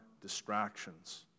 distractions